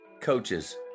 Coaches